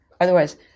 Otherwise